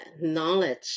knowledge